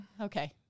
Okay